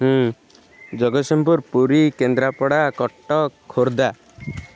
Jagatsinghpur Puri Kendrapara Cuttack Khordha